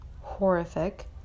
horrific